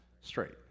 straight